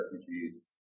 refugees